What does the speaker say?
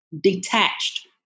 detached